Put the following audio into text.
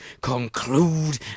conclude